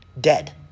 dead